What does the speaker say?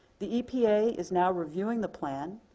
the epa is now reviewing the plan,